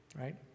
right